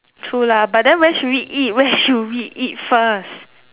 true lah but then where should we eat where should we eat first